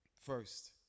First